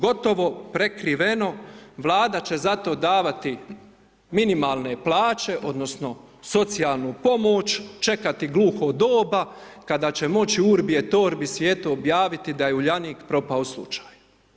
Gotovo prekriveno, Vlada će zato davati minimalne plaće odnosno socijalnu pomoć, čekati gluho doba kada će moći urbi et orbi svijetu objaviti da je Uljanik propao slučaj.